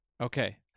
Okay